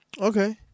Okay